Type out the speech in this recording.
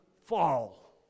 fall